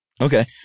Okay